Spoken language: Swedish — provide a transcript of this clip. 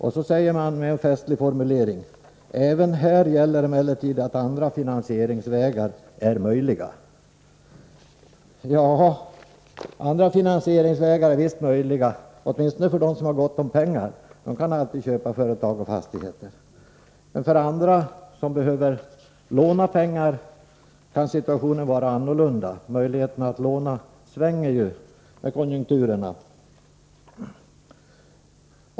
Därefter framhåller utskottet i en festlig formulering: ”Även här gäller emellertid att andra finansieringsvägar är möjliga.” Ja, andra finansieringsvägar är visst möjliga, åtminstone för dem som har gott om pengar — de kan alltid köpa företag och fastigheter — men för andra, som behöver låna pengar, kan situationen vara annorlunda. Möjligheterna att låna varierar ju med konjunkturerna.